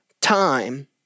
time